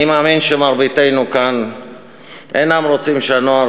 אני מאמין שמרביתנו כאן אינם רוצים שהנוער